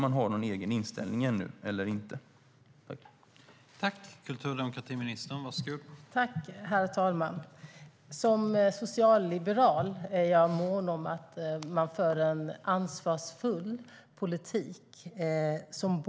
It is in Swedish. Har man någon egen inställning än eller inte?